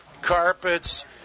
Carpets